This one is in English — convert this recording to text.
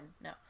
no